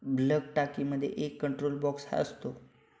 bulk टाकीमध्ये एक control box असतो